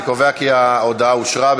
אני קובע כי ההודעה אושרה.